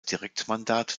direktmandat